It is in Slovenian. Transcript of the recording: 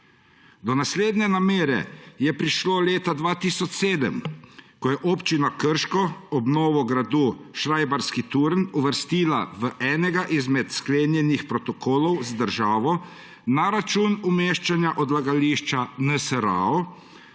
Do naslednje namere je prišlo leta 2007, ko je občina Krško obnovo gradu Šrajbarski turn uvrstila v enega izmed sklenjenih protokolov z državo na račun umeščanja odlagališča NSRAO